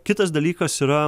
kitas dalykas yra